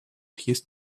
his